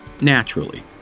naturally